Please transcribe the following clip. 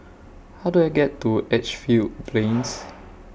How Do I get to Edgefield Plains